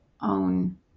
own